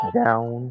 down